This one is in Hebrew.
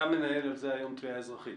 אתה מנהל על זה היום תביעה אזרחית?